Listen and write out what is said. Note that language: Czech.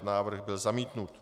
Návrh byl zamítnut.